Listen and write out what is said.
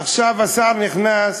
עכשיו השר נכנס